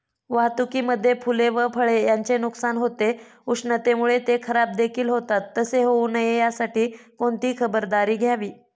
वाहतुकीमध्ये फूले व फळे यांचे नुकसान होते, उष्णतेमुळे ते खराबदेखील होतात तसे होऊ नये यासाठी कोणती खबरदारी घ्यावी?